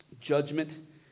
Judgment